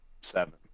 seven